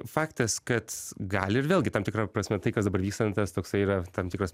faktas kad gali ir vėlgi tam tikra prasme tai kas dabar vyksta na tas toksai yra tam tikras